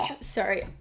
sorry